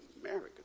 America